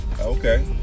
Okay